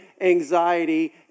anxiety